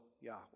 Yahweh